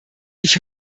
ich